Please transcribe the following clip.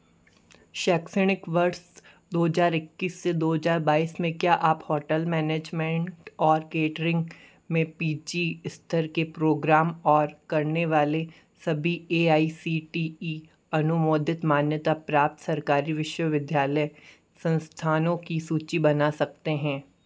शैक्षणिक वर्ष दो हजार इक्कीस से दो हजार बाईस में क्या आप हॉटल मैनेजमेंट और केटरिंग में पी जी स्तर के प्रोग्राम और करने वाले सभी A I C T E अनुमोदित मान्यता प्राप्त सरकारी विश्वविद्यालय संस्थानों की सूची बना सकते हैं